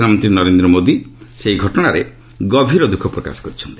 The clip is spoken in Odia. ପ୍ରଧାନମନ୍ତ୍ରୀ ନରେନ୍ଦ୍ର ମୋଦି ଏହି ଘଟଣାରେ ଗଭୀର ଦୂଃଖ ପ୍ରକାଶ କରିଛନ୍ତି